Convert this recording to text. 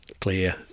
clear